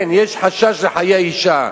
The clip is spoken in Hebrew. כן, יש חשש לחיי האשה.